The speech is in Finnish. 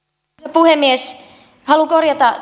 puhemies haluan korjata